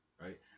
Right